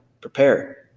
prepare